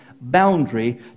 boundary